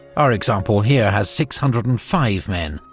our example here has six hundred and five men,